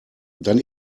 dann